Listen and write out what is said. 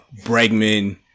Bregman